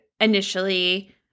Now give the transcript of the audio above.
initially